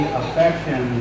affection